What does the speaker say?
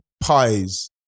pies